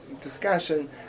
discussion